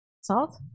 Salt